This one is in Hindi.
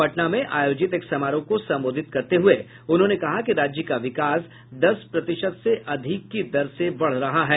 पटना में आयोजित एक समारोह को संबोधित करते हुए उन्होंने कहा कि राज्य का विकास दस प्रतिशत से अधिक दर से बढ़ रहा है